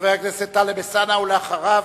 חבר הכנסת טלב אלסאנע, ואחריו,